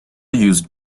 use